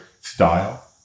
style